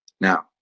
Now